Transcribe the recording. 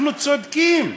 אנחנו צודקים.